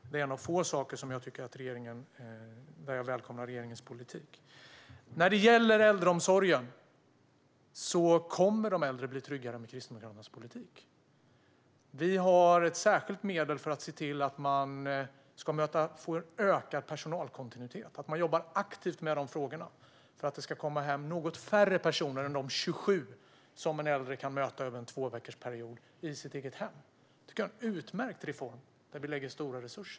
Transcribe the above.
Det är en av de få saker jag välkomnar i regeringens politik. När det gäller äldreomsorgen kommer de äldre att bli tryggare med Kristdemokraternas politik. Vi har särskilda medel för att se till att man ska få en ökad personalkontinuitet och jobbar aktivt med de frågorna för att det ska komma hem något färre personer än de 27 som en äldre kan möta över en tvåveckorsperiod i sitt eget hem. Det är en utmärkt reform där vi vill lägga stora resurser.